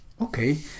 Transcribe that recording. okay